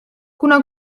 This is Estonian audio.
kuna